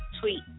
tweet